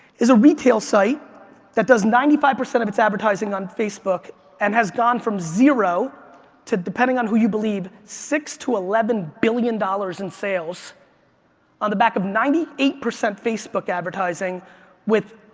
is a retail site that does ninety five percent of its advertising on facebook and has gone from zero to, depending on who you believe, six to eleven billion dollars dollars in sales on the back of ninety eight percent facebook advertising with,